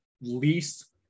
least